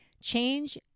change